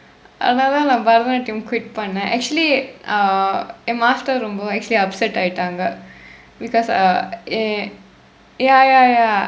அதனால தான் நான் Bharatanatyam thaan naan barathanaatdiyam quit பண்ணேன்:panneen actually err என்:en master ரொம்ப:rompa actually upset ஆயிட்டாங்க:aayitdaangka because uh a ya ya ya